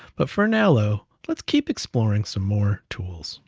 but for now though, let's keep exploring some more tools.